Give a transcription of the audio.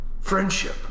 friendship